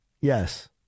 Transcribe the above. Yes